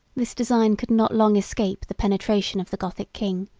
this design could not long escape the penetration of the gothic king,